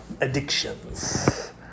addictions